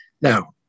Now